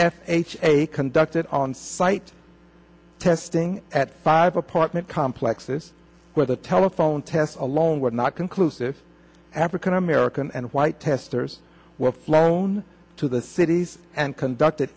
f h a conducted on site testing at five apartment complexes where the telephone test alone would not conclusive african american and white testers were flown to the cities and conducted